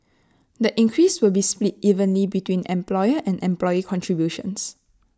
the increase will be split evenly between employer and employee contributions